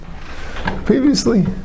previously